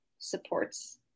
supports